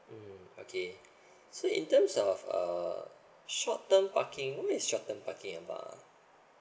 mm okay so in terms of uh short term parking what is short term parking about ah